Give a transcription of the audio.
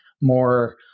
more